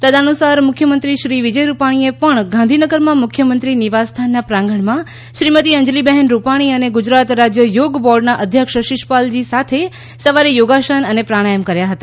તદનુસાર મુખ્યમંત્રીશ્રી વિજય રૂપાણીએ પણ ગાંધીનગરમાં મુખ્યમંત્રી નિવાસ સ્થાનના પ્રાંગણમાં શ્રીમતી અંજલિબહેન રૂપાણી અને ગુજરાત રાજ્ય યોગ બોર્ડના અધ્યક્ષ શિષપાલજી સાથે સવારે યોગાસન અને પ્રાણાયામ કર્યા હતા